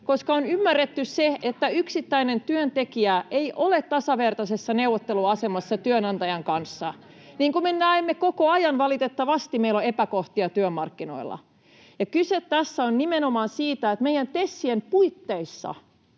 Koska on ymmärretty se, että yksittäinen työntekijä ei ole tasavertaisessa neuvotteluasemassa työnantajan kanssa. Niin kuin me valitettavasti näemme koko ajan, meillä on epäkohtia työmarkkinoilla. Ja kyse tässä on nimenomaan siitä, että meidän TESien puitteissa